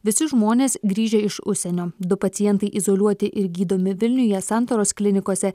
visi žmonės grįžę iš užsienio du pacientai izoliuoti ir gydomi vilniuje santaros klinikose